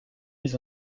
mis